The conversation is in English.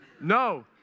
No